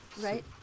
Right